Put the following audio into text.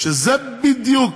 שבשביל זה בדיוק